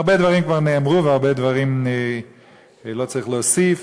הרבה דברים כבר נאמרו והרבה דברים לא צריך להוסיף.